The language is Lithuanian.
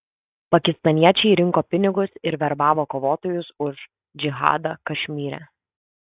pakistaniečiai rinko pinigus ir verbavo kovotojus už džihadą kašmyre